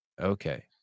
Okay